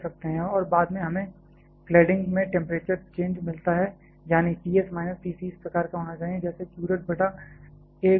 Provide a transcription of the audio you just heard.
और बाद में हमें क्लैडिंग में टेंपरेचर चेंज मिलता है यानी T s minus T c इस प्रकार का होना चाहिए जैसे q डॉट b बटा A गुणा k c l